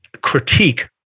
critique